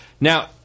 Now